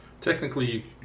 Technically